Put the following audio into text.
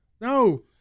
No